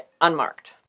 unmarked